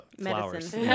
flowers